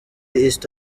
east